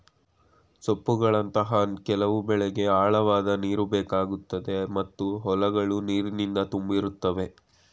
ಸೊಪ್ಪುಗಳಂತಹ ಕೆಲವು ಬೆಳೆಗೆ ಆಳವಾದ್ ನೀರುಬೇಕಾಗುತ್ತೆ ಮತ್ತು ಹೊಲಗಳು ನೀರಿನಿಂದ ತುಂಬಿರುತ್ತವೆ